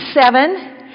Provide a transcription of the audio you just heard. seven